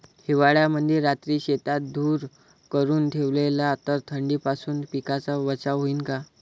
हिवाळ्यामंदी रात्री शेतात धुर करून ठेवला तर थंडीपासून पिकाचा बचाव होईन का?